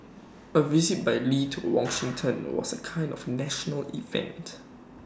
A visit by lee to Washington was A kind of national event